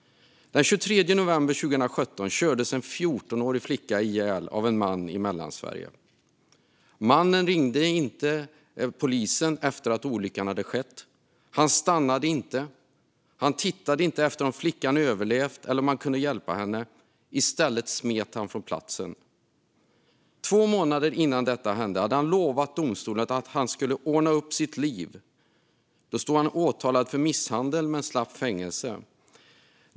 Den 23 november 2017 kördes en 14-årig flicka ihjäl av en man i Mellansverige. Mannen ringde inte polisen efter att olyckan hade skett. Han stannade inte. Han såg inte efter om flickan överlevt eller om han kunde hjälpa henne. I stället smet han från platsen. Två månader innan detta hände hade han lovat domstolen att han skulle ordna upp sitt liv. Då stod han åtalad för misshandel men slapp fängelse.